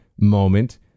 moment